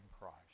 Christ